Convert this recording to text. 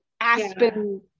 Aspen